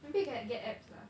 maybe you can get abs lah